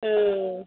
ம்